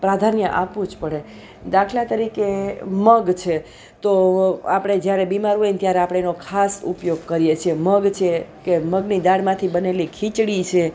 પ્રાધાન્ય આપવું જ પડે દાખલા તરીકે મગ છે તો આપણે જ્યારે બીમાર હોઈને ત્યારે આપણે એનો ખાસ ઉપયોગ કરીએ છીએ મગ છે કે મગની દાળમાંથી બનેલી ખીચડી છે